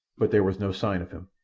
but there was no sign of him.